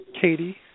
Katie